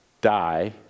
die